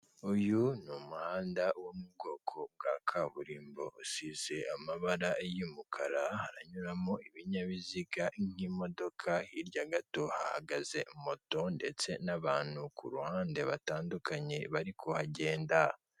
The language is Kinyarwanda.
Uyu ni umuhanda wo mu bwoko bwa kaburimbo, usize amabara y'umukara, haranyuramo ibinyabiziga nk'imodoka, hirya gato hahagaze moto, ndetse n'abantu ku ruhande batandukanye, bari kuhagenda.